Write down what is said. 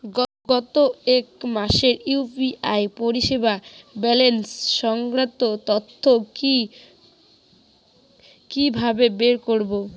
গত এক মাসের ইউ.পি.আই পরিষেবার ব্যালান্স সংক্রান্ত তথ্য কি কিভাবে বের করব?